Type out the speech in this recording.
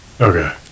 okay